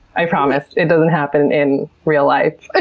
i promise it doesn't happen in real life. ah